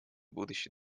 будущий